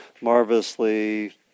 marvelously